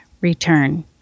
return